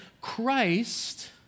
Christ